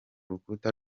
rukuta